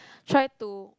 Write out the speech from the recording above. try to